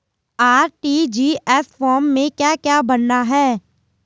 RTGS form में क्या क्या भरना है?